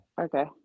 okay